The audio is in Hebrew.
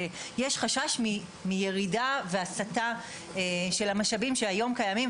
יש חשש מירידה והסטה של המשאבים שהיום קיימים,